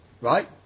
right